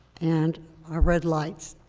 and our red lights.